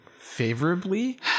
favorably